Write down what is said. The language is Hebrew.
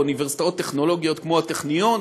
אוניברסיטאות טכנולוגיות כמו הטכניון,